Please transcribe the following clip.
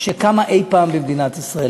שקמה אי-פעם למדינת ישראל.